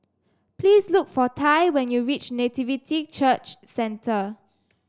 please look for Tai when you reach Nativity Church Centre